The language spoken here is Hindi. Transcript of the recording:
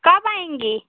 कब आएंगे